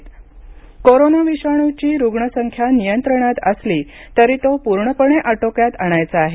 माझी जबाबदारी धळे कोरोना विषाणूची रुग्ण संख्या नियंत्रणात असली तरी तो पूर्णपणे आटोक्यात आणायचा आहे